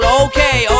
okay